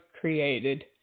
created